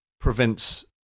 prevents